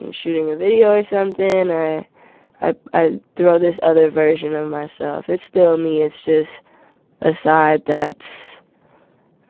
and shooting a video or something, i i ah throw this other version of myself. it's still me. it's just a side that